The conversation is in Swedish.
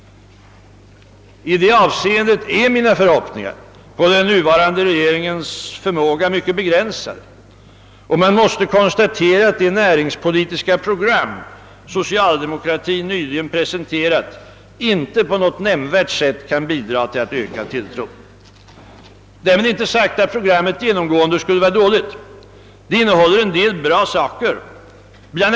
I detta avseende är mina förhoppningar på den nuvarande regeringens förmåga mycket begränsade, och man måste konstatera att det näringspolitiska program socialdemokratin nyligen presenterat inte på något nämnvärt sätt kan bidra till att öka tilltron. Därmed är inte sagt att programmet genomgående skulle vara dåligt — det innehåller en del goda saker. BL.